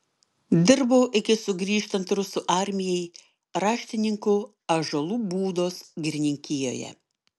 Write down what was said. dirbau iki sugrįžtant rusų armijai raštininku ąžuolų būdos girininkijoje